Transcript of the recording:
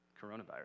coronavirus